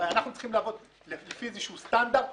הרי אנחנו צריכים לעבוד לפי איזשהו סטנדרט מסוים.